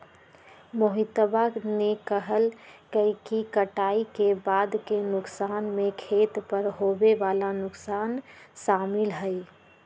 मोहितवा ने कहल कई कि कटाई के बाद के नुकसान में खेत पर होवे वाला नुकसान शामिल हई